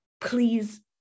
please